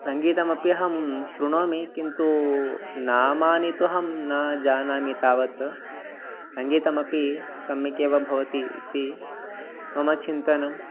सङ्गीतमपि अहं शृणोमि किन्तु नामानि तु अहं न जानामि तावत् सङ्गीतमपि सम्यगेव भवति इति मम चिन्तनम्